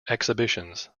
exhibitions